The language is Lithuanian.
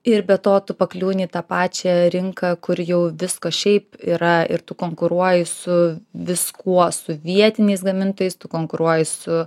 ir be to tu pakliūni į tą pačią rinką kur jau visko šiaip yra ir tu konkuruoji su viskuo su vietiniais gamintojais tu konkuruoji su